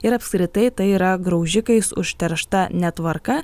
ir apskritai tai yra graužikais užteršta netvarka